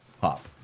pop